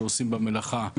שעושים במלאכה,